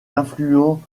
affluent